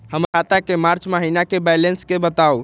हमर खाता के मार्च महीने के बैलेंस के बताऊ?